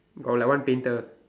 got like one painter